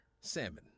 Salmon